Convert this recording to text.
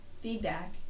feedback